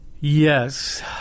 Yes